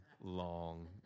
long